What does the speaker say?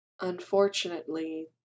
unfortunately